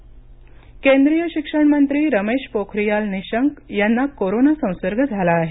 Pokhriyal Covid केंद्रिय शिक्षण मंत्री रमेश पोखरियाल निशंक यांना कोरोना संसर्ग झाला आहे